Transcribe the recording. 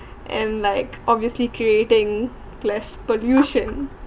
and like obviously creating less pollution